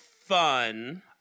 fun